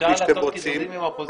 אפשר לעשות קיזוזים עם האופוזיציה.